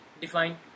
define